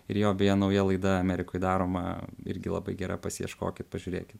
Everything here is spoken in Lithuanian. ir jo beje nauja laida amerikoj daroma irgi labai gera pasiieškokit pažiūrėkit